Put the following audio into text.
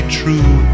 true